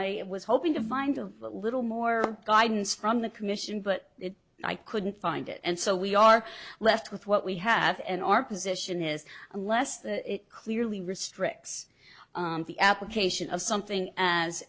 i was hoping to find a little more guidance from the commission but i couldn't find it and so we are left with what we have and our position is unless the clearly restricts the application of something as